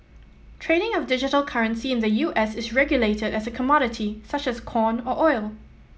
trading of digital currency in the U S is regulated as a commodity such as corn or oil